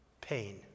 pain